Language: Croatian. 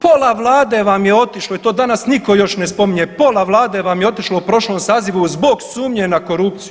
Pola Vlade vam je otišlo i to danas nitko još ne spominje, pola Vlade vam je otišlo u prošlom sazivu zbog sumnje na korupciju.